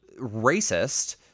racist